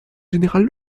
général